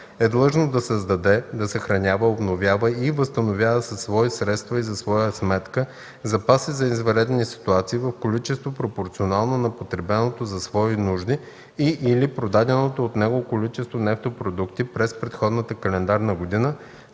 е длъжно да създаде, да съхранява, обновява и възстановява със свои средства и за своя сметка запаси за извънредни ситуации в количество, пропорционално на потребеното за свои нужди и/или продаденото от него количество нефтопродукти през предходната календарна година